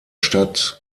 stadt